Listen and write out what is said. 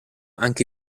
anche